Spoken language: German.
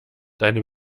deine